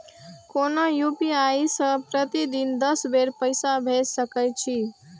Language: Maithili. कोनो यू.पी.आई सं प्रतिदिन दस बेर पैसा भेज सकै छी